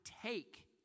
take